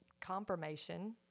confirmation